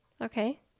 Okay